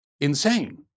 insane